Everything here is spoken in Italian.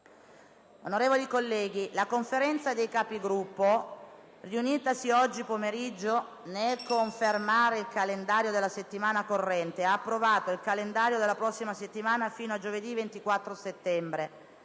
la Conferenza dei Capigruppo, riunitasi oggi pomeriggio, nel confermare il calendario della settimana corrente ha approvato il calendario della prossima settimana fino a giovedì 24 settembre.